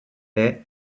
est